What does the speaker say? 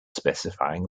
specifying